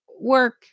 work